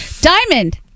diamond